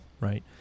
right